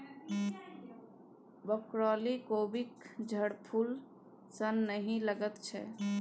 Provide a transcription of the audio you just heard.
broccoli कोबीक झड़फूल सन नहि लगैत छै